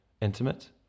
intimate